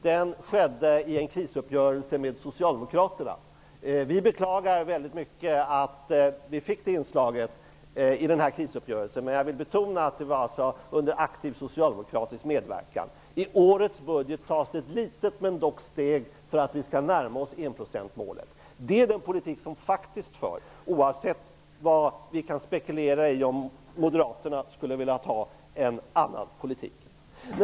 Den genomfördes i en krisuppgörelse med Socialdemokraterna. Vi beklagar mycket att vi fick det inslaget i krisuppgörelsen. Men jag vill betona att det var under aktiv socialdemokratisk medverkan. I årets budget tas ett litet men dock steg för att vi skall närma oss enprocentsmålet. Det är den politik som faktiskt förs, oavsett om vi spekulerar i att Moderaterna skulle ha velat ha en annan politik.